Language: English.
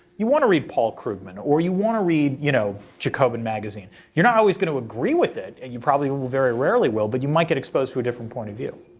you want to read paul krugman, or you want to read you know jacobin magazine. you're not always going to agree with it, and you probably will very rarely will, but you might get exposed to a different point of view.